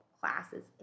Classes